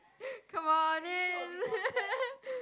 come on in